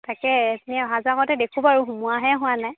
তাকে এনেই অহা যোৱা কৰোঁতে দেখোঁ বাৰু সোমোৱাহে হোৱা নাই